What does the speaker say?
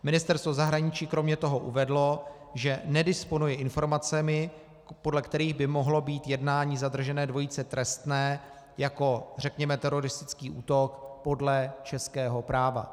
Ministerstvo zahraničí kromě toho uvedlo, že nedisponuje informacemi, podle kterých by mohlo být jednání zadržené dvojice trestné jako řekněme teroristický útok podle českého práva.